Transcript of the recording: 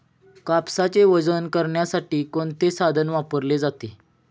कापसाचे वजन करण्यासाठी कोणते साधन वापरले जाते?